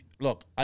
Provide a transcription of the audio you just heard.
look